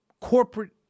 Corporate